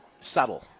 Subtle